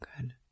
Good